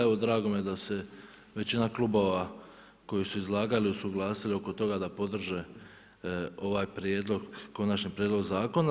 Evo drago mi je da se većina klubova koji su izlagali usuglasili oko toga da podrže ovaj prijedlog, konačni prijedlog zakona.